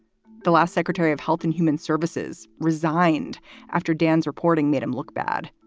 the last secretary of health and human services resigned after dan's reporting made him look bad.